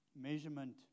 measurement